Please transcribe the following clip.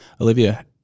Olivia